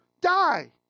die